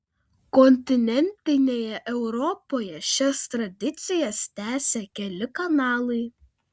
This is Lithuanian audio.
kontinentinėje europoje šias tradicijas tęsia keli kanalai